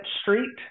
street